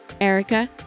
Erica